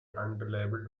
unreliable